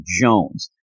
Jones